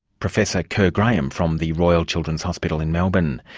professor kerr graham from the royal children's hospital in melbourne.